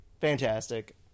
fantastic